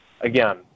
again